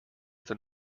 than